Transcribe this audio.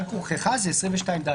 בעל כורחך זה ב-22ד.